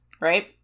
right